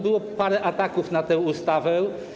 Było parę ataków na tę ustawę.